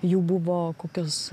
jų buvo kokios